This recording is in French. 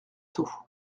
tôt